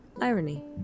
Irony